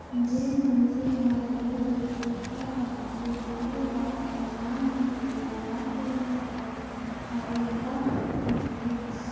जेन मइनसे हर लोन लेके घर बनाथे तेहु ल परधानमंतरी आवास योजना कर फएदा मिलथे